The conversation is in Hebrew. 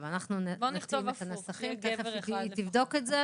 שבית המשפט מצא כי עשה את מעשה העבירה לפי סעיף 15(ב)